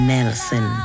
Nelson